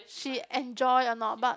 she enjoy or not but